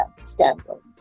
scandal